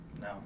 No